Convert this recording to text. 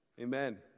Amen